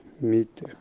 meet